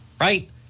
Right